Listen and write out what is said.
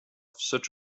such